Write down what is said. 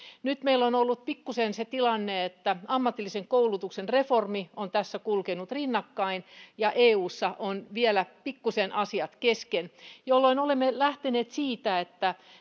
nyt meillä on ollut pikkuisen se tilanne että ammatillisen koulutuksen reformi on tässä kulkenut rinnakkain ja eussa on vielä pikkuisen asiat kesken jolloin olemme lähteneet siitä että